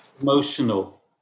Emotional